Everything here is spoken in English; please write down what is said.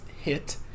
hit